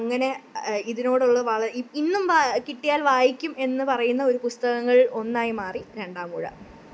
അങ്ങനെ ഇതിനോടുള്ള വളെ ഇന്നും കിട്ടിയാൽ വായിക്കും എന്ന് പറയുന്ന ഒര് പുസ്തകങ്ങളിൽ ഒന്നായി മാറി രണ്ടാമൂഴം